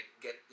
get